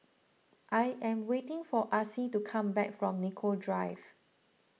I am waiting for Acy to come back from Nicoll Drive